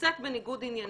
נמצאת בניגוד עניינים,